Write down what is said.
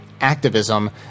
Activism